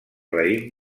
raïm